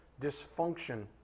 dysfunction